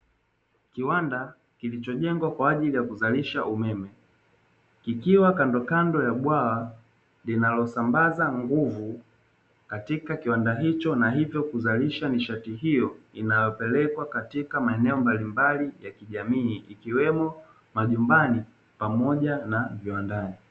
Kiwanda klichojengwa kwa ajili ya kuzalisha umeme kikiwa kandokando ya bwawa linalosambaza nguvu katika kiwanda hicho na hivyo kuzalisha nishati hiyo inayopelekwa katika maeneo mbalimbali ya kijamii ikiwemo majumbani pamoja na viwandani.